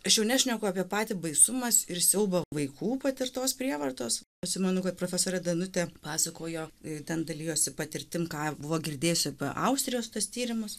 aš jau nešneku apie patį baisumą ir siaubą vaikų patirtos prievartos atsimenu kad profesorė danutė pasakojo ir ten dalijosi patirtim ką buvo girdėjusi apie austrijos tuos tyrimus